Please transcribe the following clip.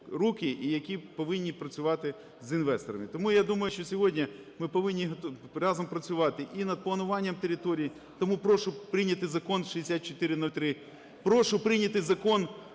руки і які повинні працювати з інвесторами. Тому я думаю, що сьогодні ми повинні разом працювати і над плануванням територій. Тому прошу прийняти Закон 6403, прошу прийняти Закон